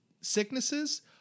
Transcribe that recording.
sicknesses